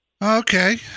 Okay